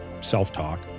self-talk